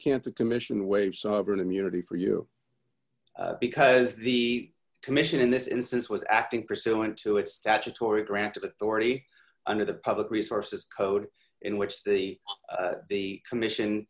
can't the commission wage sovereign immunity for you because the commission in this instance was acting pursuant to its statutory grant of authority under the public resources code in which the commission